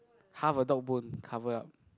half a dog bone covered up